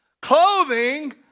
Clothing